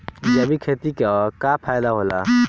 जैविक खेती क का फायदा होला?